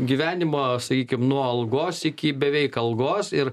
gyvenimo sakykim nuo algos iki beveik algos ir